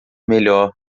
melhor